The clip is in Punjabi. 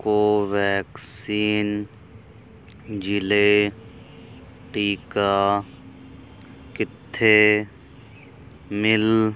ਕੋਵੈਕਸਿਨ ਜ਼ਿਲ੍ਹੇ ਟੀਕਾ ਕਿੱਥੇ ਮਿਲ